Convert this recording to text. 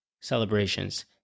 celebrations